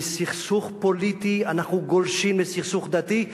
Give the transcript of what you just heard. מסכסוך פוליטי אנחנו גולשים לסכסוך דתי,